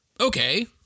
okay